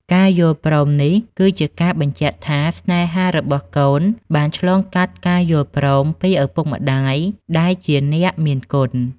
ការយល់ព្រមនេះគឺជាការបញ្ជាក់ថា ស្នេហារបស់កូនបានឆ្លងកាត់ការយល់ព្រមពីឪពុកម្ដាយដែលជាអ្នកមានគុណ។